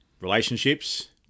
relationships